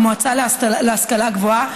במועצה להשכלה גבוהה,